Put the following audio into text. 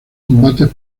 combates